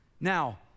Now